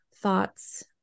thoughts